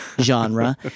genre